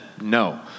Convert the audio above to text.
no